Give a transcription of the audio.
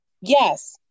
Yes